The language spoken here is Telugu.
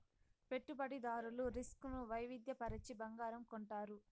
పెట్టుబడిదారులు రిస్క్ ను వైవిధ్య పరచి బంగారం కొంటారు